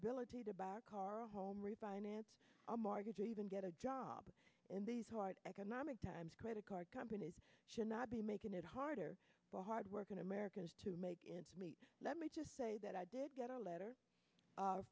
ability to buy a car a home refinance a mortgage or even get a job in these hard economic times credit card companies should not be making it harder for hardworking americans to make ends meet let me just say that i did get a letter